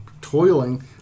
toiling